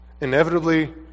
inevitably